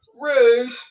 Rude